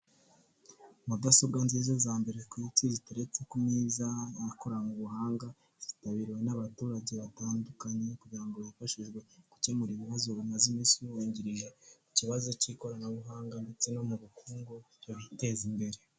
Mudasobwa nziza za mbere ku isi, zitaretse kumeza, zakoranwe ubuhanga, zitabiriwe n'abaturage batandukanye, kugira ngo bifashishwe gukemura ibibazo bamaze iminsi bibugarije, ikibazo cy'ikoranabuhanga, ndetse no mu bukungu biteza imbere.